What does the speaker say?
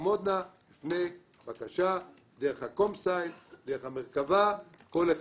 תעמודנה בפני בקשה דרך המרכב"ה, כל אחד.